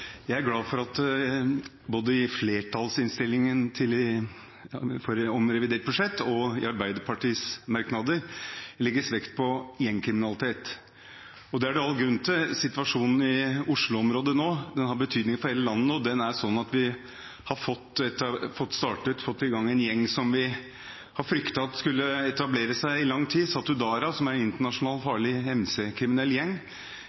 glad for at det både i flertallsinnstillingen om revidert budsjett og i Arbeiderpartiets merknader legges vekt på gjengkriminalitet. Det er det all grunn til. Situasjonen i Oslo-området har betydning for hele landet. Vi har nå fått en gjeng som vi i lang tid har fryktet skulle etablere seg, Satudarah, som er en internasjonal og farlig MC-kriminell gjeng. Situasjonen er også at Young Guns, som er en eldre gjeng fra 1980-tallet, og som